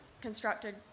constructed